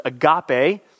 agape